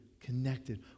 connected